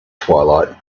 twilight